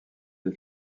les